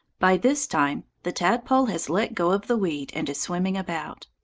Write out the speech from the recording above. by this time the tadpole has let go of the weed and is swimming about.